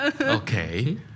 Okay